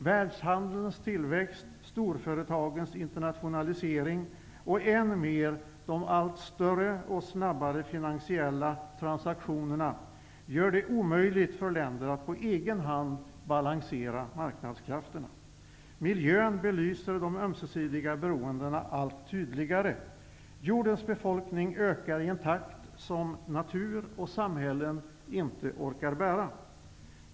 Världshandelns tillväxt, storföretagens internationalisering, och än mer de allt större och snabbare finansiella transaktionerna gör det omöjligt för länder att på egen hand balansera marknadskrafterna. Miljöfrågan belyser det ömsesidiga beroendet allt tydligare. Jordens befolkning ökar i en takt som natur och samhällen inte orkar bära.